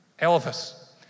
Elvis